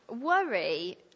worry